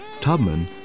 Tubman